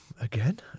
again